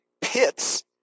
pits